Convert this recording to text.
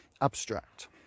abstract